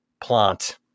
Plant